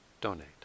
donate